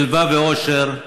לשלווה ואושר,